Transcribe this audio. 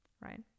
right